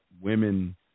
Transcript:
women